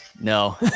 no